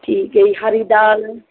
ਠੀਕ ਹੈ ਜੀ ਹਰੀ ਦਾਲ